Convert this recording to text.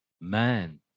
Man